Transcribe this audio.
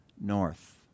North